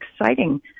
exciting